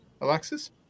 Alexis